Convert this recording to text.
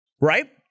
right